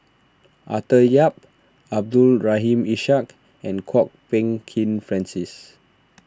Arthur Yap Abdul Rahim Ishak and Kwok Peng Kin Francis